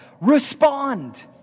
respond